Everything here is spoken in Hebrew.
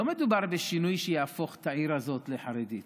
לא מדובר בשינוי שיהפוך את העיר הזאת לחרדית.